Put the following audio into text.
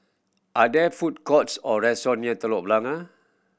are there food courts or restaurant near Telok Blangah